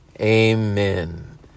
Amen